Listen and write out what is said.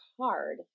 hard